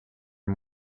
and